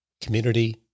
community